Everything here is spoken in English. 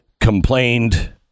complained